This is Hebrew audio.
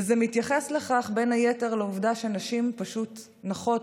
וזה מתייחס בין היתר לעובדה שנשים פשוט נחות.